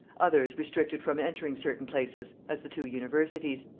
others restricted from entering certain places, as the two universities,